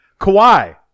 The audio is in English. Kawhi